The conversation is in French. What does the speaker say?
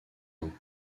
ans